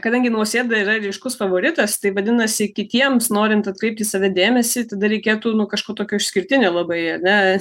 kadangi nausėda yra ryškus favoritas tai vadinasi kitiems norint atkreipti į save dėmesį tada reikėtų nu kažko tokio išskirtinio labai ar ne